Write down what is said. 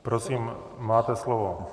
Prosím, máte slovo.